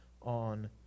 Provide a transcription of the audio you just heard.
on